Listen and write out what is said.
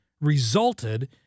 resulted